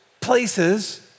places